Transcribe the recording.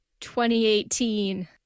2018